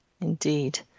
Indeed